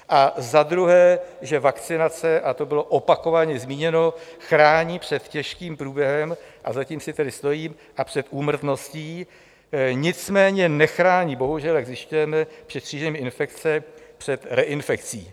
A za druhé, že vakcinace, a to bylo opakovaně zmíněno, chrání před těžkým průběhem, a za tím si tedy stojím, a před úmrtností, nicméně nechrání bohužel, jak zjišťujeme, před šířením infekce, před reinfekcí.